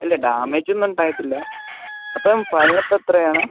ഇല്ല ഡാമേജൊന്നുമുണ്ടായിട്ടില്ല അപ്പം ഫൈൻ അപ്പം എത്രയാണ്